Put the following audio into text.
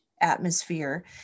atmosphere